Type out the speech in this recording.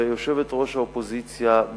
ויושבת-ראש האופוזיציה,